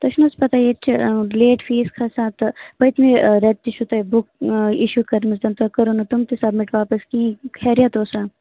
تۄہہِ چھُ نہٕ حظ پَتاہ ییٚتہِ چھُ آ لیٹ فیٖس کھسان تہٕ پٔتۍمہِ آ ریٚتہٕ تہِ چھُو تۄہہِ بُک اِشو کٔرمٕژ تہٕ کٔروٕ نہٕ تِم تہِ سَبمِٹ واپَس کِہیٖنٛۍ خیریت اوسا